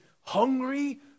hungry